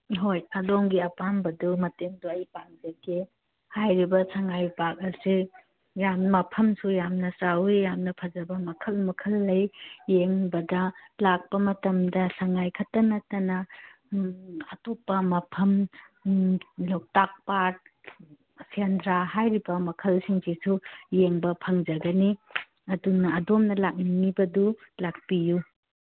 ꯍꯣꯏ ꯑꯗꯣꯝꯒꯤ ꯑꯄꯥꯝꯕꯗꯨ ꯃꯇꯦꯡꯗꯨ ꯑꯩ ꯄꯥꯡꯖꯒꯦ ꯍꯥꯏꯔꯤꯕ ꯁꯉꯥꯏ ꯄꯥꯛ ꯑꯁꯦ ꯌꯥꯝ ꯃꯐꯝꯁꯨ ꯌꯥꯝꯅ ꯆꯥꯎꯏ ꯌꯥꯝꯅ ꯐꯖꯕ ꯃꯈꯜ ꯃꯈꯜ ꯂꯩ ꯌꯦꯡꯕꯗ ꯂꯥꯛꯄ ꯃꯇꯝꯗ ꯁꯉꯥꯏꯈꯛꯇ ꯅꯠꯇꯅ ꯑꯇꯣꯞꯄ ꯃꯐꯝ ꯂꯣꯛꯇꯥꯛ ꯄꯥꯠ ꯁꯦꯟꯗ꯭ꯔꯥ ꯍꯥꯏꯔꯤꯕ ꯃꯈꯜꯁꯤꯡꯁꯤꯁꯨ ꯌꯦꯡꯕ ꯐꯪꯖꯒꯅꯤ ꯑꯗꯨꯅ ꯑꯗꯣꯝꯅ ꯂꯥꯛꯅꯤꯡꯏꯕꯗꯨ ꯂꯥꯛꯄꯤꯌꯨ